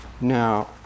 Now